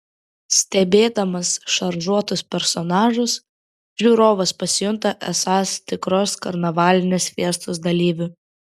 stebėdamas šaržuotus personažus žiūrovas pasijunta esąs tikros karnavalinės fiestos dalyviu